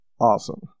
awesome